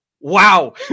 wow